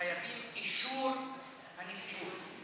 חייבים אישור הנשיאות.